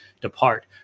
depart